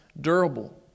durable